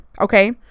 okay